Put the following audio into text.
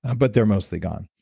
but they're mostly gone.